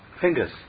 fingers